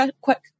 quick